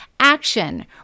Action